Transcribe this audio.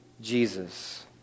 Jesus